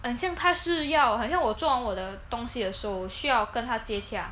很像他是要好像我做完我的东西的时候我需要跟他接洽